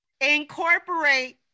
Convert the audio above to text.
Incorporate